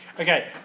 Okay